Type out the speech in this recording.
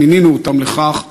שמינינו אותם לכך,